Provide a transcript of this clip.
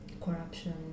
corruption